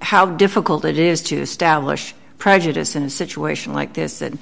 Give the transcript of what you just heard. how difficult it is to establish prejudice in a situation like this and